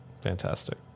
Fantastic